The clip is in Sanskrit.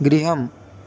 गृहम्